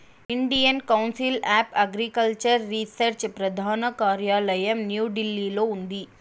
Indian Council of Agricultural Research ప్రధాన కార్యాలయం న్యూఢిల్లీలో ఉంది